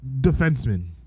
defenseman